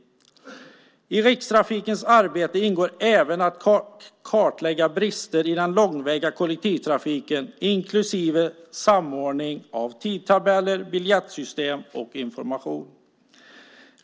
I Rikstrafikens arbete ingår även att kartlägga brister i den långväga kollektivtrafiken inklusive samordning av tidtabeller, biljettsystem och information.